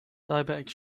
diabetics